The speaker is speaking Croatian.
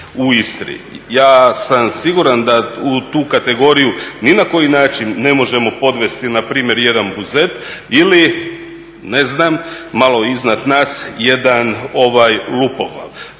u Istri. Ja sam siguran da u tu kategoriju ni na koji način ne možemo podvesti npr. jedan Buzet ili ne znam malo iznad nas jedan Lupoglav.